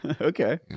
Okay